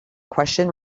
question